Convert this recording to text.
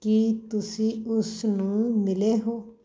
ਕੀ ਤੁਸੀਂ ਉਸਨੂੰ ਮਿਲੇ ਹੋ